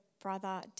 brother